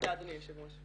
תודה אדוני היושב ראש.